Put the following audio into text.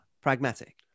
pragmatic